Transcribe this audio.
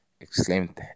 exclaimed